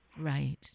Right